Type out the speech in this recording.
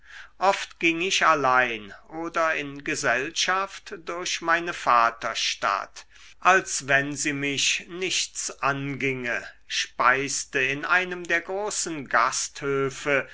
oft ging ich allein oder in gesellschaft durch meine vaterstadt als wenn sie mich nichts anginge speiste in einem der großen